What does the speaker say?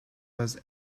was